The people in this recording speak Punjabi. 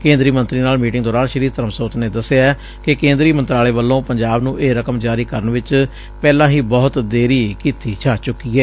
ਕੇਂਦਰੀ ਮੰਤਰੀ ਨਾਲ ਮੀਟਿੰਗ ਦੌਰਾਨ ਸ੍ਰੀ ਧਰਮਸੋਤ ਨੇ ਦੱਸਿਐ ਕਿ ਕੇਂਦਰੀ ਮੰਤਰਾਲੇ ਵੱਲੋ ਪੰਜਾਬ ਨੂੰ ਇਹ ਰਕਮ ਜਾਰੀ ਕਰਨ ਵਿੱਚ ਪਹਿਲਾਂ ਹੀ ਬਹੁਤ ਦੇਰੀ ਕੀਤੀ ਜਾ ਚੁੱਕੀ ਏ